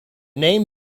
name